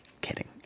kidding